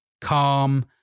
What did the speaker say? calm